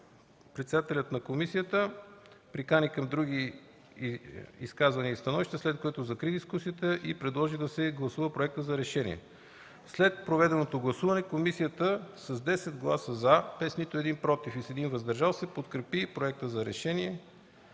Председателят на комисията прикани към други изказвания и становища, след което закри дискусията и предложи да се гласува проекта за решение. След проведеното гласуване с 10 гласа „за”, без „против” и 1 „въздържал се” комисията подкрепи проекта за решение